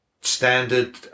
standard